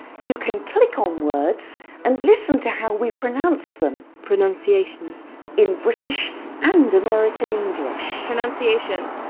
you can click on words and listen to how we pronounce them. pronunciation in british and american english. pronunciation.